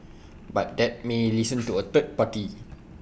but they may listen to A third party